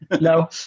No